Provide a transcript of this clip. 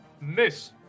Miss